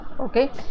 okay